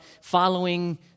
following